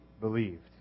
believed